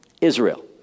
Israel